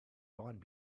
find